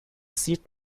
sieht